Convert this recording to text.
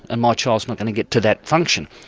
and my child's not going to get to that function.